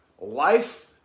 life